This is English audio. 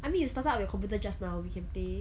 I mean you started up your computer just now we play